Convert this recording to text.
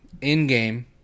in-game